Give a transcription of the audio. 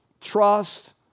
trust